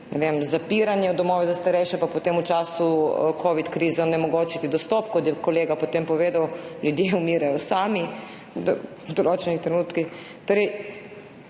zapiranje v domove za starejše, pa potem v času covid krize onemogočiti dostop. Kot je kolega povedal, potem ljudje umirajo sami v določenih trenutkih.